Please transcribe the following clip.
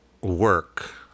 work